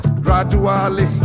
gradually